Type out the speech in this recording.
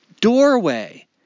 doorway